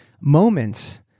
moments